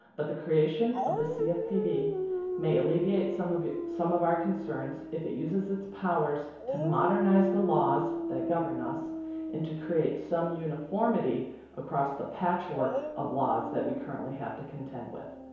but the creation of the cfpb may alleviate some of some of our concerns if it uses its powers to modernize the laws that govern us and to create some uniformity across the patchwork of laws that we currently have to contend with.